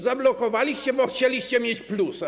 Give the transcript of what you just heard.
Zablokowaliście, bo chcieliście mieć plusa.